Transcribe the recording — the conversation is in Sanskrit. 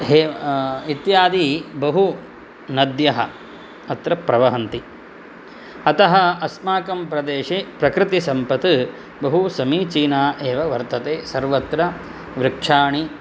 इत्यादि बहुनद्यः अत्र प्रवहन्ति अतः अस्माकं प्रदेशे प्रकृतिसम्पत् बहुसमीचीना एव वर्तते सर्वत्र वृक्षाणि